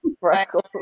freckles